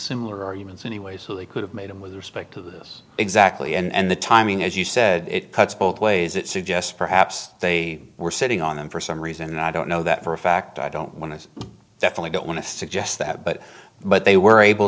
similar arguments anyway so they could have made them with respect to this exactly and the timing as you said it cuts both ways it suggests perhaps they were sitting on them for some reason and i don't know that for a fact i don't want to definitely don't want to suggest that but but they were able